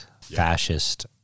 fascist